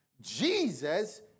Jesus